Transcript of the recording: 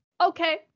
okay